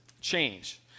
change